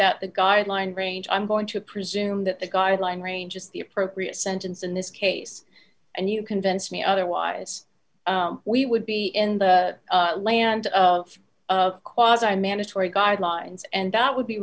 that the guideline range i'm going to presume that the guideline range is the appropriate sentence in this case and you convinced me otherwise we would be in the land of quads i mandatory guidelines and that would be